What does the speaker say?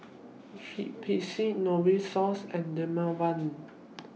Strepsils Novosource and Dermaveen